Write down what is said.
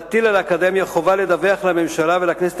להטיל על האקדמיה חובה לדווח לממשלה ולכנסת